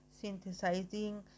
synthesizing